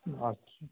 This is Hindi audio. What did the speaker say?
अच्छा